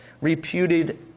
reputed